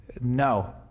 No